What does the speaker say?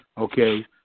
Okay